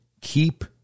keep